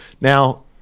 Now